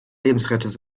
lebensrettend